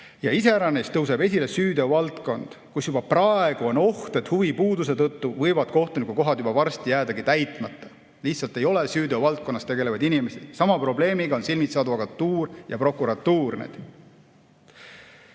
Iseäranis tõuseb esile süüteovaldkond, kus juba praegu on oht, et huvipuuduse tõttu võivad kohtunikukohad varsti jäädagi täitmata, lihtsalt ei ole süüteovaldkonnas tegutsevaid inimesi. Sama probleemiga on silmitsi advokatuur ja prokuratuur.